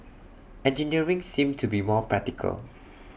engineering seemed to be more practical